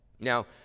Now